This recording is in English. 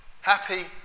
happy